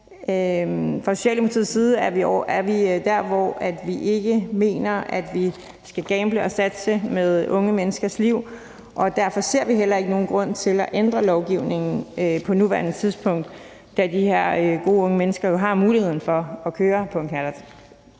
Fra Socialdemokratiets side er vi der, hvor vi ikke mener, at vi skal gamble med og satse unge menneskers liv, og derfor ser vi heller ikke nogen grund til at ændre lovgivningen på nuværende tidspunkt, da de her gode unge mennesker jo har muligheden for at køre på en knallert